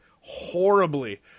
horribly